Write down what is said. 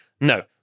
No